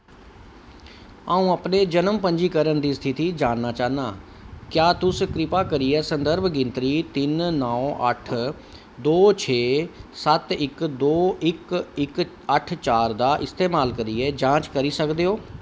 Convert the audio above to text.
अ'ऊं अपने जन्म पंजीकरण दी स्थिति जानना चाह्न्नां क्या तुस किरपा करियै संदर्भ गिनतरी तिन नौ अट्ठ दो छे सत्त इक दो इक इक अट्ठ चार दा इस्तेमाल करियै जांच करी सकदे ओ